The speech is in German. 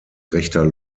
rechter